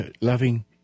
loving